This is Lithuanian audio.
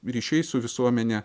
ryšiai su visuomene